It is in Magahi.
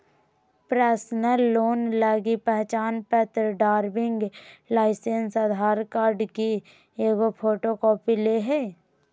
पर्सनल लोन लगी पहचानपत्र, ड्राइविंग लाइसेंस, आधार कार्ड की एगो फोटोकॉपी ले हइ